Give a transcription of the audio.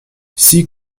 six